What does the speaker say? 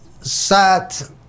sat